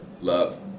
love